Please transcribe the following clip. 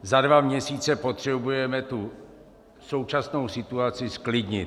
Za dva měsíce potřebujeme tu současnou situaci zklidnit.